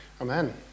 Amen